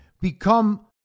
become